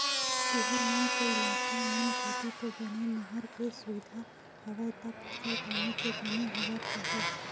तुंहर मन के इलाका मन कोती तो बने नहर के सुबिधा हवय ता फसल पानी तो बने होवत होही?